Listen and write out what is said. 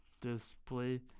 display